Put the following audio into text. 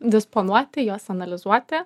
disponuoti juos analizuoti